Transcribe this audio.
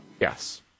Yes